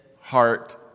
heart